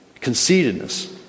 conceitedness